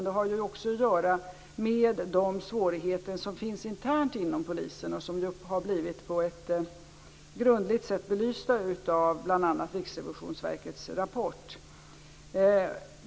Det har också att göra med de svårigheter som finns internt inom polisen och som har blivit på ett grundligt sätt belysta i bl.a. Riksrevisionsverkets rapport.